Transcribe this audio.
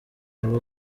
aba